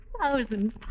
thousand